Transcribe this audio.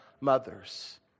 mothers